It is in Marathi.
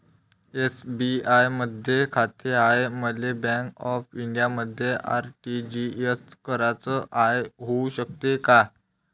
एस.बी.आय मधी खाते हाय, मले बँक ऑफ इंडियामध्ये आर.टी.जी.एस कराच हाय, होऊ शकते का?